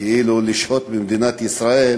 כאילו לשהות במדינת ישראל,